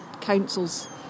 councils